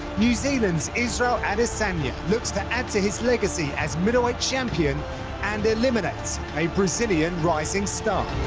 new zealand's israel adesanya looks to add to his legacy as middleweight champion and eliminate a brazilian rising star.